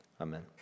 Amen